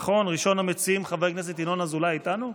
ראשון המציעים, חבר הכנסת ינון אזולאי, איתנו?